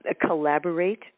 collaborate